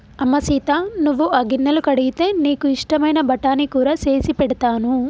అమ్మ సీత నువ్వు ఆ గిన్నెలు కడిగితే నీకు ఇష్టమైన బఠానీ కూర సేసి పెడతాను